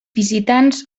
visitants